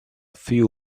few